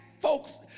folks